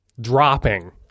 dropping